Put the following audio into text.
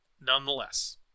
nonetheless